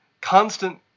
constant